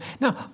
Now